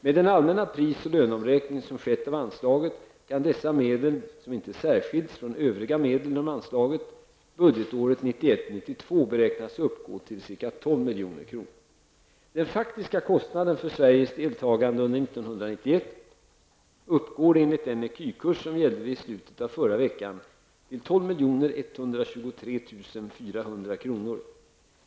Med den allmänna pris och löneomräkning som har skett av anslaget kan dessa medel -- som inte särskiljts från övriga medel inom anslaget -- budgetåret 1991/92 beräknas uppgå till ca 12 milj.kr. Den faktiska kostnaden för Sveriges deltagande under 1991 uppgår, enligt den ecu-kurs som gällde vid slutet av förra veckan, till 12 123 400 kr.